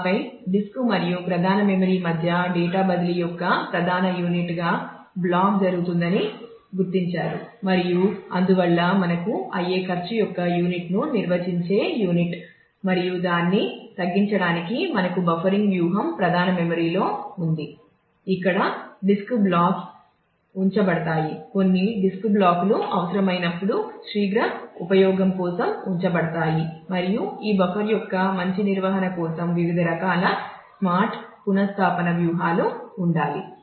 ఆపై డిస్క్ మరియు ప్రధాన మెమరీ మధ్య డేటా బదిలీ యొక్క ప్రధాన యూనిట్గా బ్లాక్ జరుగుతుందని గుర్తించారు మరియు అందువల్ల మనకు అయ్యే ఖర్చు యొక్క యూనిట్ను నిర్వచించే యూనిట్ మరియు దాన్ని తగ్గించడానికి మనకు బఫరింగ్ పునః స్థాపన వ్యూహాలు ఉండాలి